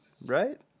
right